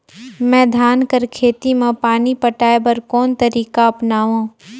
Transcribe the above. मैं धान कर खेती म पानी पटाय बर कोन तरीका अपनावो?